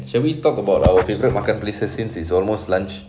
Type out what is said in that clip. shall we talk about our favourite makan places since it's almost lunch